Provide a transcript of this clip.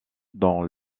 dans